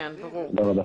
תודה רבה.